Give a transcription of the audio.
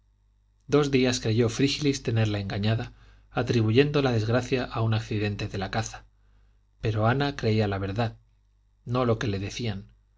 dos días creyó frígilis tenerla engañada atribuyendo la desgracia a un accidente de la caza pero ana creía la verdad no lo que le decían